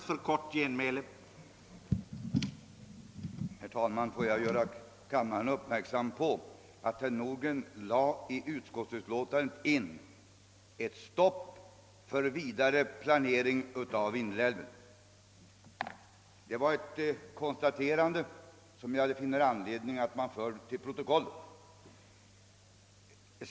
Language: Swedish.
Herr talman! Får jag göra kammaren uppmärksam på att herr Nordgren tolkat utskottsutlåtandet så, att det innebär ett stopp för vidare planering av Vindelälven. Det är ett konstaterande som jag finner anledning att föra till protokollet.